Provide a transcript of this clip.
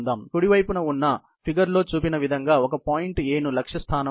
కుడి వైపున ఉన్న ఫిగర్ లో చూపిన విధంగా ఒక పాయింట్ A ను లక్ష్య స్థానం అనుకొందాం